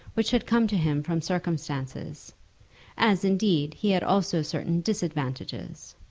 which had come to him from circumstances as, indeed, he had also certain disadvantages.